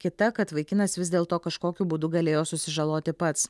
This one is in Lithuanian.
kita kad vaikinas vis dėlto kažkokiu būdu galėjo susižaloti pats